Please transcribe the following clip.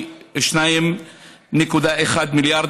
2.1 מיליארד,